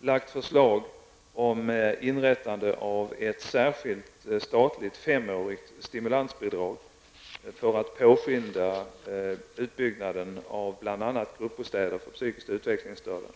lagt fram förslag om inrättande av ett särskilt statligt femårigt stimulansbidrag för att påskynda utbyggnaden av bl.a. gruppbostäder för psykiskt utvecklingsstörda.